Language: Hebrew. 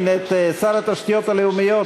את שר התשתיות הלאומיות,